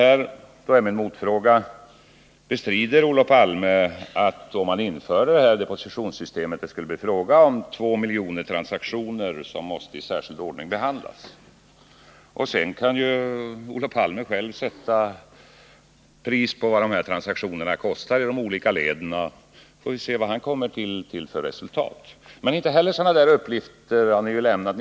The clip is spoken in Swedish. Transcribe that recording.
Då är min motfråga: Bestrider Olof Palme att det, om man inför det föreslagna depositionssystemet, skulle bli fråga om två miljoner transaktioner som måste i särskild ordning behandlas? Sedan kan ju Olof Palme själv sätta pris på vad dessa transaktioner kostar i de olika leden, så får vi se vad han kommer till för resultat. Inte heller sådana uppgifter har ni lämnat.